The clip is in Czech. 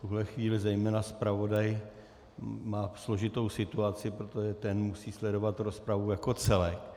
V tuhle chvíli zejména zpravodaj má složitou situaci, protože ten musí sledovat rozpravu jako celek.